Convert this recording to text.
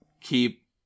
keep